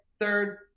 third